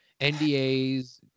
NDAs